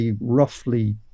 roughly